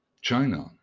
China